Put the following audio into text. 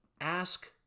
Ask